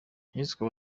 hishwe